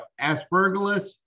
aspergillus